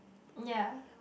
ya